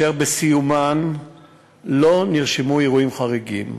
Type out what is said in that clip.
ובסיומן לא נרשמו אירועים חריגים.